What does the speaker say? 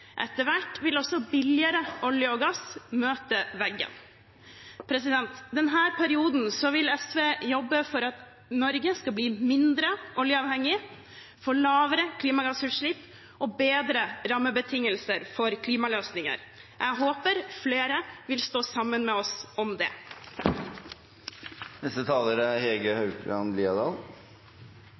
Etter hvert vil også billigere olje og gass møte veggen. Denne perioden vil SV jobbe for at Norge skal bli mindre oljeavhengig, for lavere klimagassutslipp og bedre rammebetingelser for klimaløsninger. Jeg håper flere vil stå sammen med oss om det.